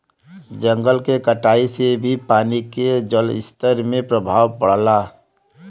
जंगल के कटाई से भी पानी के जलस्तर में प्रभाव पड़ला